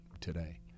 today